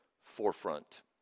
forefront